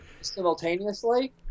simultaneously